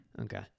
Okay